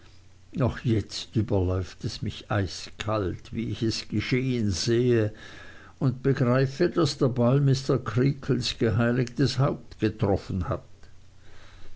noch jetzt überläuft es mich eiskalt wie ich es geschehen sehe und begreife daß der ball mr creakles geheiligtes haupt getroffen hat